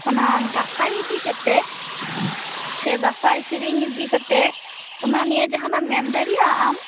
ᱚᱱᱟ ᱫᱟᱥᱟᱸᱭ ᱤᱫᱤᱠᱟᱛᱮ ᱥᱮ ᱫᱟᱥᱟᱸᱭ ᱥᱮᱨᱮᱧ ᱤᱫᱤᱠᱟᱛᱮ ᱚᱱᱟ ᱱᱤᱭᱟᱹ ᱡᱟᱦᱟᱸᱱᱟ ᱮᱢ ᱢᱮᱱ ᱫᱟᱲᱮᱭᱟ ᱼᱟ ᱟᱢ